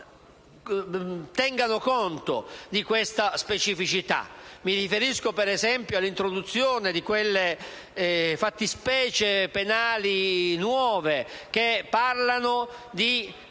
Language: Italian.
tengano conto di questa specificità. Mi riferisco, ad esempio, all'introduzione di quelle nuove fattispecie penali che parlano di